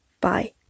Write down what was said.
Bye